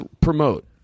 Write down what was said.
promote